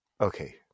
Okay